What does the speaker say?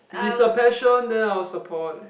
if it's her passion then I'll support